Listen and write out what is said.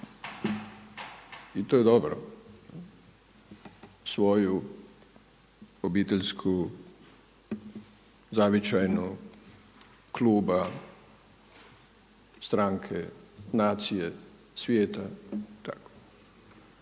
i to je dobro, svoju, obiteljsku, zavičajnu, kluba, stranke, nacije, svijeta i tako.